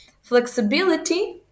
flexibility